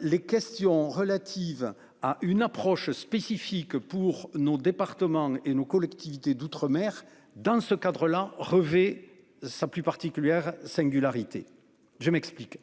Les questions relatives à une approche spécifique pour nos départements et nos collectivités d'outre- mer dans ce cadre-là, revêt sa plus particulières singularités. Je m'explique.